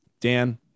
Dan